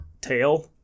tail